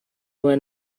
were